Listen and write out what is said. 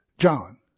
John